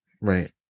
Right